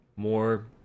More